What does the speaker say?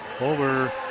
over